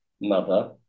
mother